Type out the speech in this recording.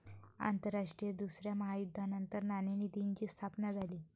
आंतरराष्ट्रीय दुसऱ्या महायुद्धानंतर नाणेनिधीची स्थापना झाली